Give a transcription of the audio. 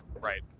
Right